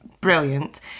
Brilliant